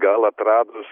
gal atradus